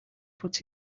puts